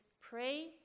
pray